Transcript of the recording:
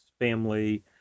family